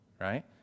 right